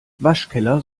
waschkeller